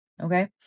okay